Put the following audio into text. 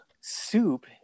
soup